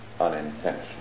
unintentional